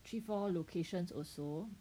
three four locations also